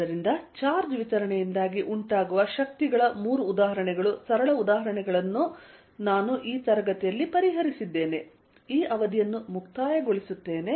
ಆದ್ದರಿಂದ ಚಾರ್ಜ್ ವಿತರಣೆಯಿಂದಾಗಿ ಉಂಟಾಗುವ ಶಕ್ತಿಗಳ ಮೂರು ಉದಾಹರಣೆಗಳು ಸರಳ ಉದಾಹರಣೆಗಳನ್ನು ನಾನು ಪರಿಹರಿಸಿದ್ದೇನೆ